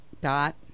Dot